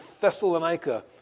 Thessalonica